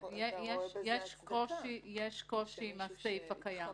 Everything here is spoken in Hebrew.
יש קושי עם הסעיף הקיים.